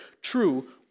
true